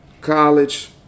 college